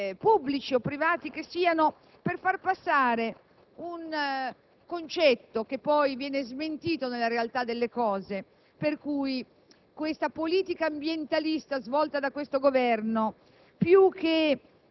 e soprattutto utilizzi ancor più frequentemente i mezzi d'informazione pubblici o privati per far passare un concetto che poi viene smentito nella realtà delle cose, per cui